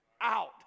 Out